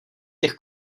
těch